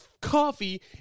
coffee